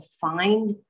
find